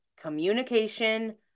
communication